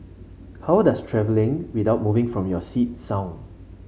how does travelling without moving from your seat sound